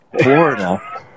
Florida